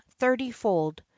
thirtyfold